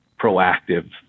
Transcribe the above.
proactive